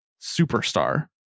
superstar